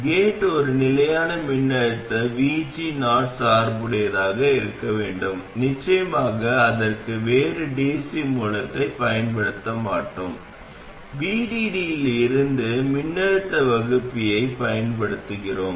gate ஒரு நிலையான மின்னழுத்த VG0 சார்புடையதாக இருக்க வேண்டும் நிச்சயமாக அதற்கு வேறு dc மூலத்தைப் பயன்படுத்த மாட்டோம் VDD இலிருந்து மின்னழுத்த வகுப்பியைப் பயன்படுத்துகிறோம்